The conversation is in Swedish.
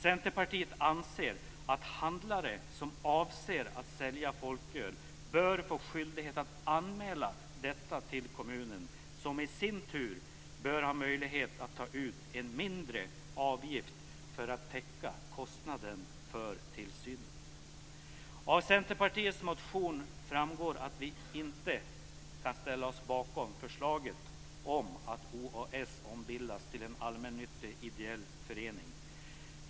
Centerpartiet anser att handlare som avser att sälja folköl bör få skyldighet att anmäla detta till kommunen, som i sin tur bör ha möjlighet att ta ut en mindre avgift för att täcka kostnaden för tillsynen. Av Centerpartiets motion framgår att vi inte kan ställa oss bakom förslaget om att OAS ombildas till en allmännyttig ideell förening.